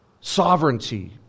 sovereignty